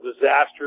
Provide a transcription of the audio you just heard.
disaster